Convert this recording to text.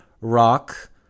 Rock